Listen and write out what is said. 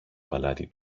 παλάτι